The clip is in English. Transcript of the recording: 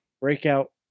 breakout